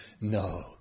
No